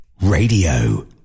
Radio